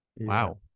Wow